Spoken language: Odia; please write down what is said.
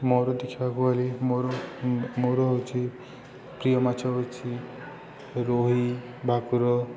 ମୋର ଦେଖିବାକୁ ଗଲେ ମୋର ମୋର ହେଉଛି ପ୍ରିୟ ମାଛ ହଉଛିି ରୋହି ଭାକୁର